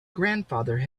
grandfather